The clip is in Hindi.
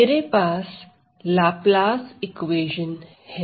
मेरे पास लाप्लास इक्वेशन है